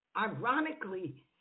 ironically